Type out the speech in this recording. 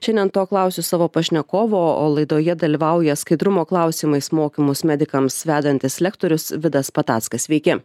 šiandien to klausiu savo pašnekovo o laidoje dalyvauja skaidrumo klausimais mokymus medikams vedantis lektorius vidas patackas sveiki